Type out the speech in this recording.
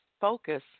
FOCUS